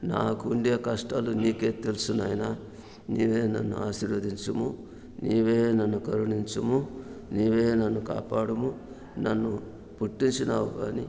నాకు ఉండే కష్టాలు నీకే తెలుసు నాయన నీవే నన్ను ఆశీర్వదించుము నీవే నన్ను కరుణించుము నీవే నన్ను కాపాడుము నన్ను పుట్టించినావు కాని